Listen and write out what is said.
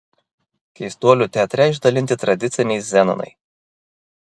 keistuolių teatre išdalinti tradiciniai zenonai